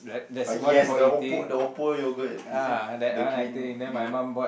ah yes the Oppo the Oppo yogurt is it the green the green kind